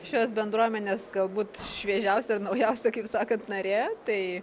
šios bendruomenės galbūt šviežiausia ir naujausia kaip sakant narė tai